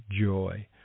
joy